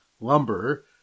lumber